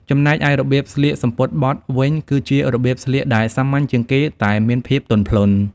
ចំណែកឯរបៀបស្លៀកសំពត់បត់វិញគឺជារបៀបស្លៀកដែលសាមញ្ញជាងគេតែមានភាពទន់ភ្លន់។